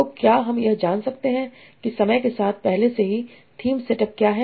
तो क्या हम यह जान सकते हैं कि समय के साथ पहले से ही थीम सेटअप क्या हैं